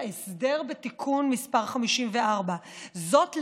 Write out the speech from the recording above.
את ההסדר בתיקון מס' 54. זאת,